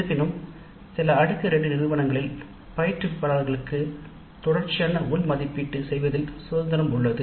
இருப்பினும் சில அடுக்கு 2 நிறுவனங்களில் பயிற்றுனர்களுக்கு தொடர்ச்சியான உள் மதிப்பீடு செய்வதில் தன்னிச்சையாக முடிவு எடுக்கக்கூடிய சுதந்திரம் உள்ளது